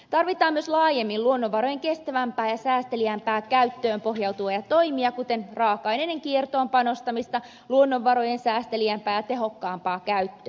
tarvitaan myös laajemmin luonnonvarojen kestävämpään ja säästeliäämpään käyttöön pohjautuvia toimia kuten raaka aineiden kiertoon panostamista luonnonvarojen säästeliäämpää ja tehokkaampaa käyttöä